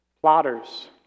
plotters